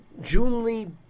Julie